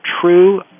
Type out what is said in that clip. true